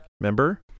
remember